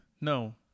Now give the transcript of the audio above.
No